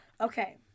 Okay